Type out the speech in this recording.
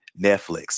Netflix